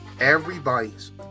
everybody's